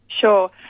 Sure